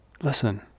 Listen